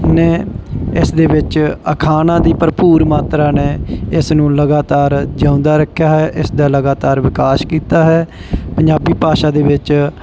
ਨੇ ਇਸ ਦੇ ਵਿੱਚ ਅਖਾਣਾਂ ਦੀ ਭਰਪੂਰ ਮਾਤਰਾ ਨੇ ਇਸ ਨੂੰ ਲਗਾਤਾਰ ਜਿਉਂਦਾ ਰੱਖਿਆ ਹੈ ਇਸ ਦਾ ਲਗਾਤਾਰ ਵਿਕਾਸ ਕੀਤਾ ਹੈ ਪੰਜਾਬੀ ਭਾਸ਼ਾ ਦੇ ਵਿੱਚ